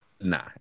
Nah